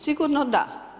Sigurno da.